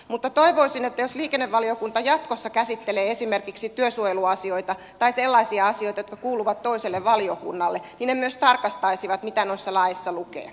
mutta toivoisin että jos liikennevaliokunta jatkossa käsittelee esimerkiksi työsuojeluasioita tai sellaisia asioita jotka kuuluvat toiselle valiokunnalle niin ne myös tarkastaisivat mitä noissa laeissa lukee